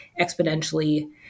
exponentially